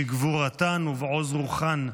בגבורתן ובעוז רוחן,